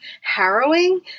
harrowing